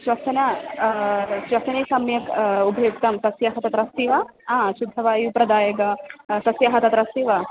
श्वसने श्वसने सम्यक् उपयुक्तं सस्यं तत्र अस्ति वा आ शुद्धवायुप्रदायकं सस्यं तत्र अस्ति वा